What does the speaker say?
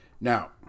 Now